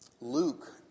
Luke